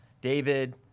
David